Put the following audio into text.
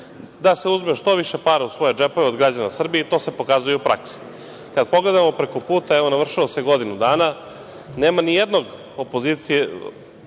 Da se uzme što više para u svoje džepove, od građana Srbije i to se pokazuje i u praksi. Kada pogledamo preko puta, evo navršilo se godinu dana, nema ni jednog dela opozicije,